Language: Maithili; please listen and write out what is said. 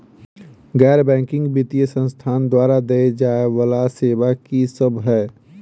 गैर बैंकिंग वित्तीय संस्थान द्वारा देय जाए वला सेवा की सब है?